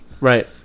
Right